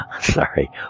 sorry